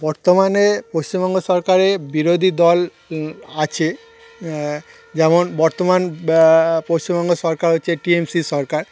বর্তমানে পশ্চিমবঙ্গ সরকারের বিরোধী দল আছে যেমন বর্তমান ব্যা পশ্চিমবঙ্গ সরকার হচ্ছে টি এম সির সরকার